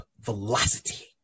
velocity